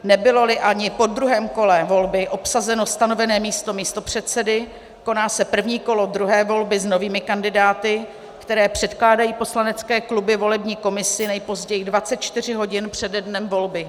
Nebyloli ani po druhém kole volby obsazeno stanovené místo místopředsedy, koná se první kolo druhé volby s novými kandidáty, které předkládají poslanecké kluby volební komisi nejpozději 24 hodin přede dnem volby.